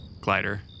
glider